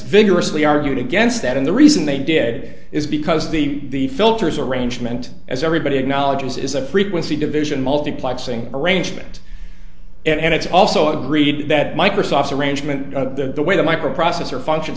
vigorously argued against that and the reason they did is because the filters arrangement as everybody acknowledges is a frequency division multiplexing arrangement and it's also agreed that microsoft's arrangement of the way the microprocessor functions